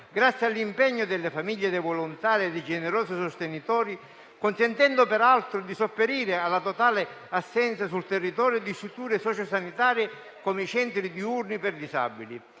grazie all'impegno delle famiglie dei volontari e di generosi sostenitori, consentendo peraltro di sopperire alla totale assenza sul territorio di strutture socio-sanitarie con i centri diurni per disabili.